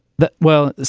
that well,